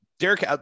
Derek